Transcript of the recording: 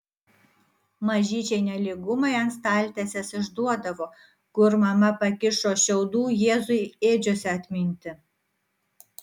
mažyčiai nelygumai ant staltiesės išduodavo kur mama pakišo šiaudų jėzui ėdžiose atminti